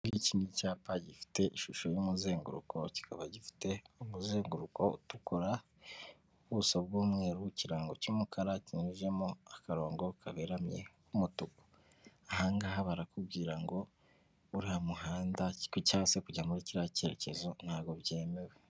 Iki ni icyapa gifite ishusho y'umuzenguruko, kikaba gifite umuzenguruko utukura, ubuso bw'umweru, ikirango cy'umukara kinyuzemo akarongo kaberamye k'umutuku, aha ngaha barakubwira ngo uriya muhanda cyangwa se kujya muri kiriya cyerekezo ntabwo byemewe.